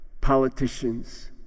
politicians